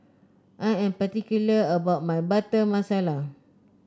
I am particular about my Butter Masala